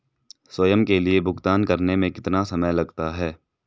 स्वयं के लिए भुगतान करने में कितना समय लगता है?